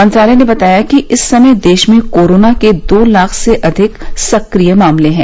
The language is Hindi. मंत्रालय ने बताया कि इस समय देश में कोरोना के दो लाख से अधिक सक्रिय मामले हैं